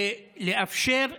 ולאפשר להגונים,